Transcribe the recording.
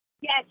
Yes